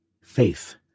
faith